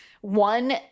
one